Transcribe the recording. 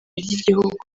ry’igihugu